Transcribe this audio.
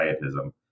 pietism